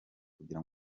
kugira